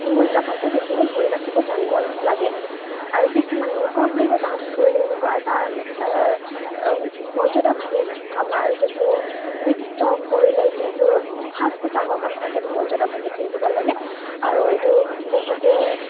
মূল্য থাকে সেইখিনি ধৰি ৰাখিব জানিব লাগে আৰু কিছুমান এনেকুৱাও হয় যে ডান্চ কৰিলে এনেকুৱা এটা মৰ্যদাভাৱে আমাৰ যিটো নৃত্য কৰিলে যি যোৰ সাজ পোচাকৰ কথা থাকে সেইটোক মৰ্যদাভাৱে পিন্ধিব লাগে আৰু এইটো পিন্ধোতে